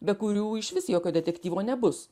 be kurių išvis jokio detektyvo nebus